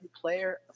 player